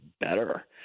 better